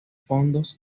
fondos